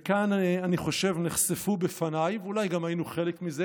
וכאן אני חושב שנחשפו בפניי ואולי גם היינו חלק מזה,